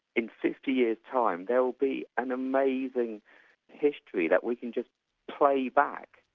in fifty years' time there'll be an amazing history that we can just play back,